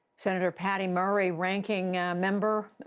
senator patty murray, ranking member,